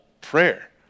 prayer